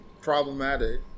problematic